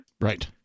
Right